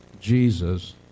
Jesus